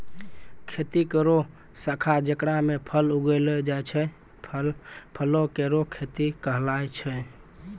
खेती केरो शाखा जेकरा म फल उगैलो जाय छै, फलो केरो खेती कहलाय छै